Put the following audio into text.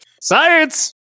Science